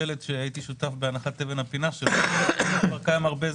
והשלט שהייתי שותף בהנחת אבן הפינה שלו כבר קיים הרבה זמן.